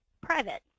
private